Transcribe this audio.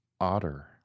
otter